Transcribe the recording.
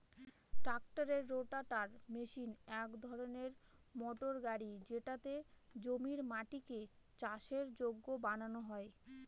ট্রাক্টরের rotator machine এক ধরনের মোটর গাড়ি যেটাতে জমির মাটিকে চাষের যোগ্য বানানো হয়